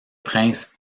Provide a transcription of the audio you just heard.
prince